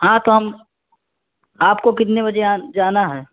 ہاں تو ہم آپ کو کتنے بجے یہاں جانا ہے